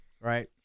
Right